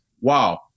wow